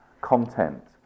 Content